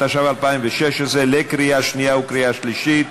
התשע"ו 2016, קריאה שנייה וקריאה שלישית.